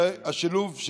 זה השילוב,